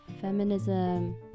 feminism